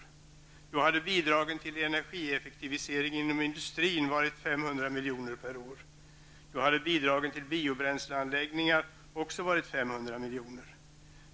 Då hade bidragen till energieffektivisering inom industrin varit 500 miljoner år.